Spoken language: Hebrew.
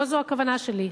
לא זו הכוונה שלי,